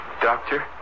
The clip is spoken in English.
Doctor